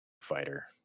fighter